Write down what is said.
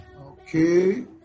Okay